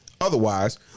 otherwise